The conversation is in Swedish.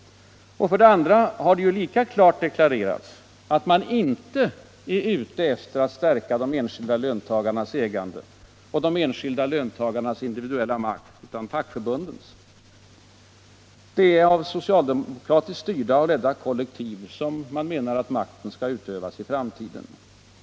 För det andra har det lika klart deklarerats att man inte är ute efter att stärka de enskilda löntagarnas ägande och de enskilda löntagarnas individuella makt utan fackförbundens. Det är av socialdemokratiskt styrda och ledda kollektiv som man menar att makten skall utövas i framtiden.